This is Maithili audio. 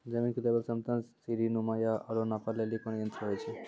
जमीन के लेवल समतल सीढी नुमा या औरो नापै लेली कोन यंत्र होय छै?